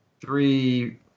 Three